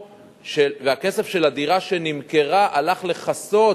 והכסף של הדירה שנמכרה הלך לכסות